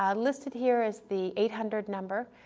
um listed here is the eight hundred number,